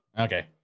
Okay